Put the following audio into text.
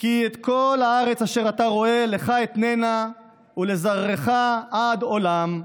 "כי את כל הארץ אשר אתה ראה לך אתננה ולזרעך עד עולם",